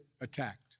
attacked